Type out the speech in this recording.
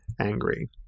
angry